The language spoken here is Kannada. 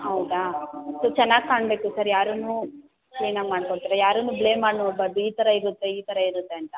ಹೌದಾ ಸೊ ಚೆನ್ನಾಗಿ ಕಾಣಬೇಕು ಸರ್ ಯಾರನ್ನೂ ಕ್ಲಿನಾಗಿ ಮಾಡ್ಕೊಡ್ತಾರ ಯಾರನ್ನು ಬ್ಲೇಮ್ ಮಾಡಿ ನೋಡ್ಬಾರ್ದು ಈ ಥರ ಇರುತ್ತೆ ಈ ಥರ ಇರುತ್ತೆ ಅಂತ